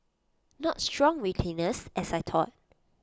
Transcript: not strong retainers as I thought